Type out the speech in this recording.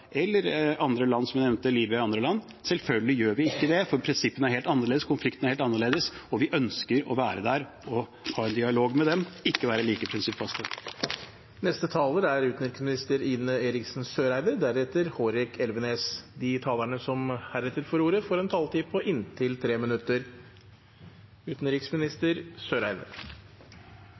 eller andre land jeg nevnte? Selvfølgelig gjør vi ikke det, for prinsippene er helt annerledes, konfliktene er helt annerledes, og vi ønsker å være der og ha en dialog med dem – ikke å være like prinsippfaste. De talere som heretter får ordet, har en taletid på inntil 3 minutter.